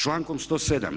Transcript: Člankom 107.